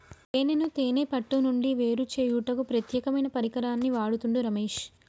తేనెను తేనే పట్టు నుండి వేరుచేయుటకు ప్రత్యేకమైన పరికరాన్ని వాడుతుండు రమేష్